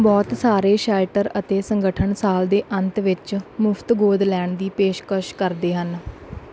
ਬਹੁਤ ਸਾਰੇ ਸ਼ੈਲਟਰ ਅਤੇ ਸੰਗਠਨ ਸਾਲ ਦੇ ਅੰਤ ਵਿੱਚ ਮੁਫ਼ਤ ਗੋਦ ਲੈਣ ਦੀ ਪੇਸ਼ਕਸ਼ ਕਰਦੇ ਹਨ